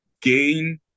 gain